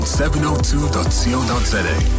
702.co.za